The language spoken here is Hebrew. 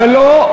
גלאון,